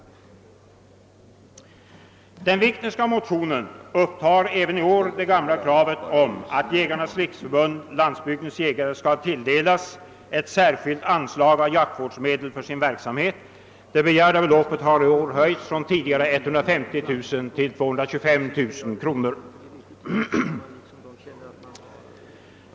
Den Wiknerska motionen upptar även i år det gamla kravet om att Jägarnas riksförbund—Landsbygdens jägare skall tilldelas ett särskilt anslag av jaktvårdsfondmedel för sin verksamhet. Det begärda beloppet har i år höjts från tidigare 150 000 kronor till 225 000 kronor.